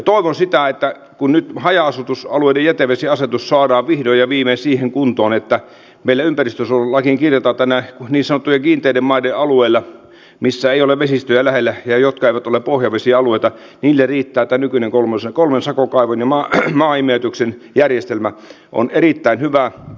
toivon sitä että nyt haja asutusalueiden jätevesiasetus saadaan vihdoin ja viimein siihen kuntoon että meillä ympäristönsuojelulakiin kirjataan että niin sanottujen kiinteiden maiden alueilla missä ei ole vesistöjä lähellä ja jotka eivät ole pohjavesialueita riittää että nykyinen kolmen sakokaivon ja maaimeytyksen järjestelmä on erittäin hyvä